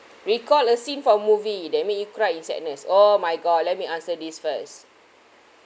recall a scene for movie that made you cried in sadness oh my god let me answer this first